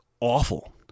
awful